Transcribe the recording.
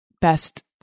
best